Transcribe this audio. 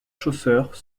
chasseurs